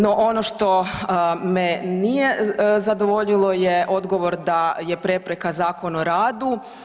No ono što me nije zadovoljilo je odgovor da je prepreka Zakon o radu.